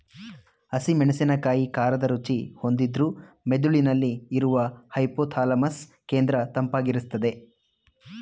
ಹಸಿ ಮೆಣಸಿನಕಾಯಿ ಖಾರದ ರುಚಿ ಹೊಂದಿದ್ರೂ ಮೆದುಳಿನಲ್ಲಿ ಇರುವ ಹೈಪೋಥಾಲಮಸ್ ಕೇಂದ್ರ ತಂಪಾಗಿರ್ಸ್ತದೆ